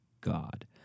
God